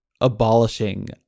abolishing